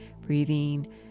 Breathing